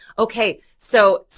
okay. so